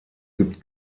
gibt